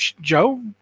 Joe